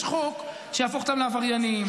יש חוק שיהפוך אותם לעבריינים,